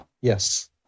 yes